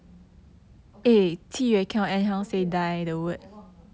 okay oh 对 hor 对 hor 我忘了